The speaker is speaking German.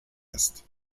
ist